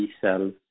cells